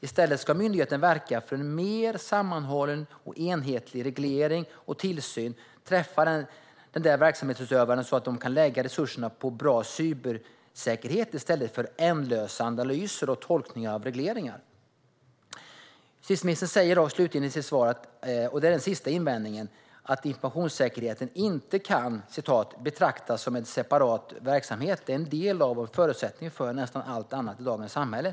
I stället ska myndigheten verka för att en mer sammanhållen och enhetlig reglering och tillsyn träffar verksamhetsutövaren så att resurserna kan läggas på bra cybersäkerhet i stället för på ändlösa analyser och tolkningar av regleringar. Justitieministern säger slutligen i sitt svar - och här har jag den sista invändningen - att informationssäkerhet inte kan "betraktas som en separat verksamhet; det är en del av - och en förutsättning för - nästan allt annat i dagens samhälle".